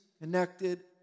connected